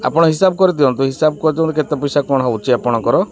ଆପଣ ହିସାବ କରିଦିଅନ୍ତୁ ହିସାବ କରିଦିଅନ୍ତୁ କେତେ ପଇସା କ'ଣ ହେଉଛି ଆପଣଙ୍କର